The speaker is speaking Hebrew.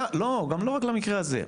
לא גם לא רק למקרה הזה,